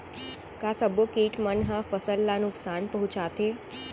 का सब्बो किट मन ह फसल ला नुकसान पहुंचाथे?